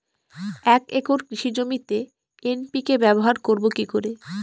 এক একর কৃষি জমিতে এন.পি.কে ব্যবহার করব কি করে?